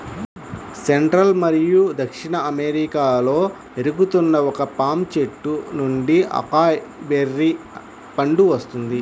central మరియు దక్షిణ అమెరికాలో పెరుగుతున్న ఒక పామ్ చెట్టు నుండి అకాయ్ బెర్రీ పండు వస్తుంది